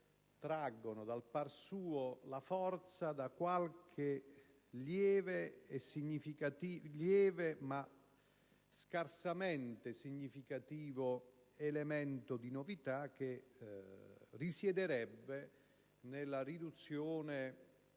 traggono la forza da qualche lieve ma scarsamente significativo elemento di novità, che risiederebbe nella riduzione